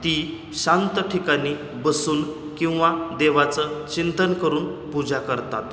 ती शांत ठिकाणी बसून किंवा देवाचं चिंतन करून पूजा करतात